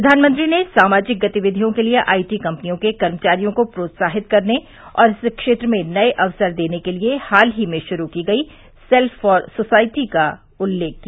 प्रधानमंत्री ने सामाजिक गतिविधियों के लिए आईटी कंपनियों के कर्मवारियों को प्रोत्साहित करने और इस क्षेत्र में नये अवसर देने के लिए हाल ही में गुरू की गयी सेल्फ फोर सोसायटी का उल्लेख किया